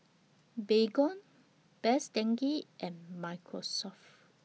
Baygon Best Denki and Microsoft